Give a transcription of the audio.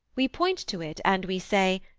we point to it, and we say,